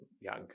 young